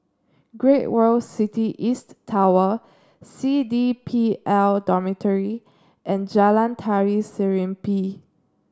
Great World City East Tower C D P L Dormitory and Jalan Tari Serimpi